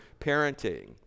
parenting